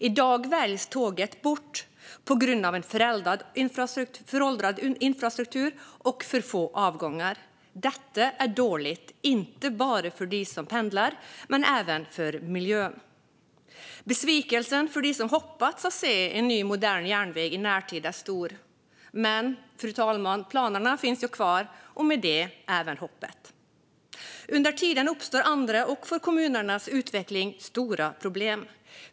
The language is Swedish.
I dag väljs tåget bort på grund av en föråldrad infrastruktur och för få avgångar. Detta är dåligt inte bara för dem som pendlar utan även för miljön. Besvikelsen hos dem som hoppats få se en ny, modern järnväg i närtid är stor. Men, fru talman, planerna finns ju kvar, och med dem även hoppet. Under tiden uppstår andra och för kommunernas utveckling stora problem.